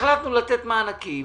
החלטנו לתת מענקים,